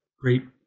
great